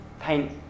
paint